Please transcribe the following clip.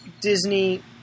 Disney